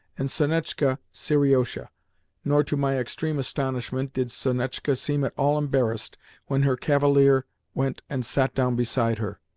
and sonetchka seriosha nor, to my extreme astonishment, did sonetchka seem at all embarrassed when her cavalier went and sat down beside her.